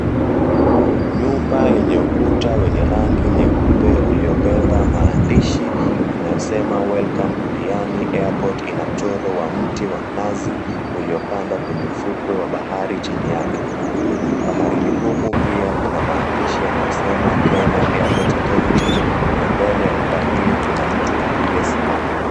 Nyumba yenye ukuta wa rangi nyeupe uliobeba maandishi yanayosema Welcome to Diani Airport ina mchoro wa mti wa mnazi uliopandwa kwenye ufukwe wa bahari chini yake. Baharini humo pia kuna maandishi yanayosema Kenya Airports Authority , na mbele ya nyumba hiyo kuna mtu aliyesimama.